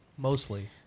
Mostly